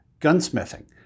gunsmithing